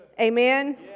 Amen